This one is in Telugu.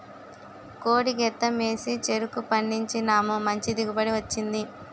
కోడి గెత్తెం ఏసి చెరుకు పండించినాను మంచి దిగుబడి వచ్చింది